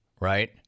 right